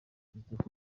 christophe